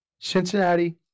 Cincinnati